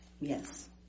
Yes